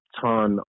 ton